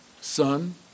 Son